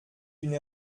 d’une